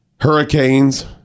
Hurricanes